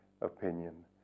opinion